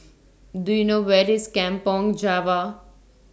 Do YOU know Where IS Kampong Java